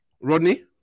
Rodney